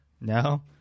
No